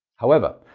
however,